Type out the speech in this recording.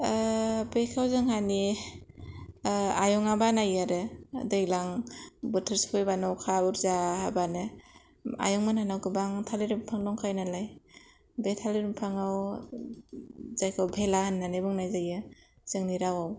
बेखौ जोंहानि आयंआ बानायो आरो दैज्लां बोथोर सफैब्लानो अखा बुरजा हाबानो आयं मोनहानाव गोबां थालिर बिफां दंखायो नालाय बे थालिर बिफांआव जायखौ भेला होन्नानै बुंनाय जायो जोंनि रावआव